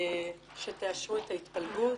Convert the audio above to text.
שתאשרו את ההתפלגות.